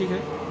teak है